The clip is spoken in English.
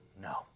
No